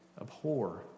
abhor